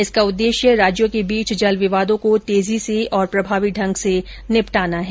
इसका उद्देश्य राज्यों के बीच जल विवादों को तेजी से और प्रभावी ढंग से निपटाना है